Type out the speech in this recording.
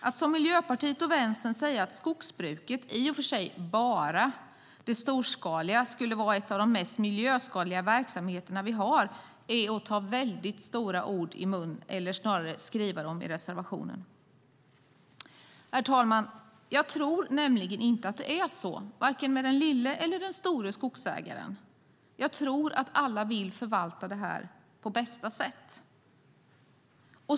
Att som Miljöpartiet och Vänsterpartiet säga att skogsbruket - i och för sig "bara" det storskaliga - skulle vara en av de mest miljöskadliga verksamheter vi har är att ta stora ord i sin mun, eller snarare att skriva dem i reservationen. Herr talman! Jag tror nämligen inte att det är så vare sig med den lilla eller den stora skogsägaren. Jag tror att alla vill förvalta detta på bästa sätt.